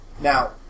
Now